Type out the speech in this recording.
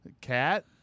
Cat